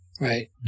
Right